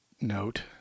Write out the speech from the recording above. note